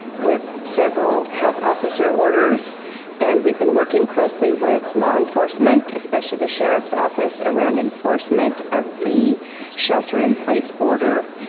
with several health officer orders and we've been working closely with law enforcement, especially the sheriff's office around enforcement of the shelter in place order,